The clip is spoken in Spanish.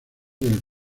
del